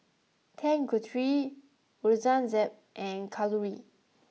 Tanguturi Aurangzeb and Kalluri